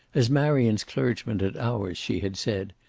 as marion's clergyman, and ours, she had said,